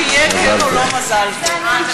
הצבעה תהיה כן או לא מזל טוב.